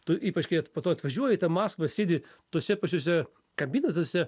tu ypač kai po to atvažiuoji į tą maskvą sėdi tuose pačiuose kabinetuose